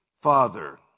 Father